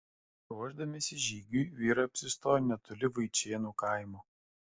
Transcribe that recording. ruošdamiesi žygiui vyrai apsistojo netoli vaičėnų kaimo